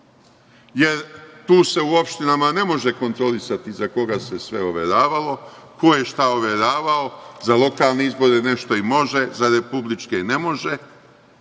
Jer, tu se u opštinama ne može kontrolisati za koga se sve overavalo, ko je šta overavao. Za lokalne izbore nešto i može, za republičke ne može.